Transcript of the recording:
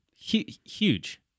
huge